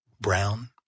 brown